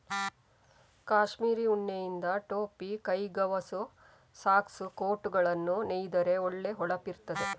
ಕಾಶ್ಮೀರ್ ಉಣ್ಣೆಯಿಂದ ಟೊಪ್ಪಿ, ಕೈಗವಸು, ಸಾಕ್ಸ್, ಕೋಟುಗಳನ್ನ ನೇಯ್ದರೆ ಒಳ್ಳೆ ಹೊಳಪಿರ್ತದೆ